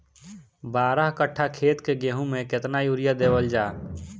बारह कट्ठा खेत के गेहूं में केतना यूरिया देवल जा?